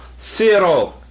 zero